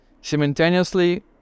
Simultaneously